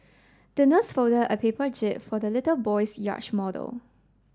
the nurse folded a paper jib for the little boy's yacht model